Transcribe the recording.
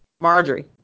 marjorie